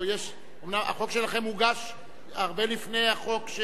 החוק שלכם הוגש הרבה לפני החוק,